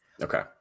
Okay